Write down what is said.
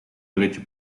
derecho